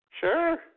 Sure